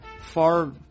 far